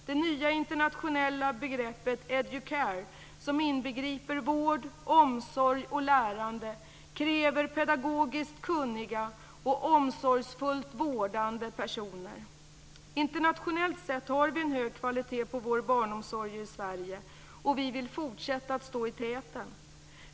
Det nya internationella begreppet educare, som inbegriper vård, omsorg och lärande, kräver pedagogiskt kunniga och omsorgsfullt vårdande personer. Internationellt sett har vi en hög kvalitet på vår barnomsorg i Sverige. Vi vill fortsätta att stå i täten.